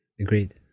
agreed